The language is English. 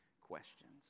questions